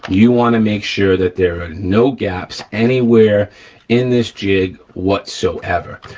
you want to make sure that there are no gaps anywhere in this jig whatsoever.